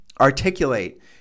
articulate